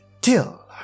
till